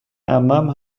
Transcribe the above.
عمم